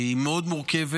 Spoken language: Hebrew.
היא מאוד מורכבת.